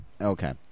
Okay